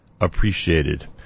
appreciated